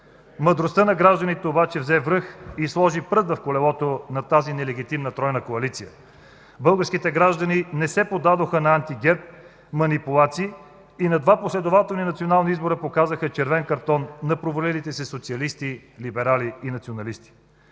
Мъдростта на гражданите обаче взе връх и сложи прът в колелото на тази нелегитимна тройна коалиция. Българските граждани не се подадоха на анти-ГЕРБ манипулации и на два последователни национални избора показаха „червен картон” на провалилите се социалисти, либерали и националисти.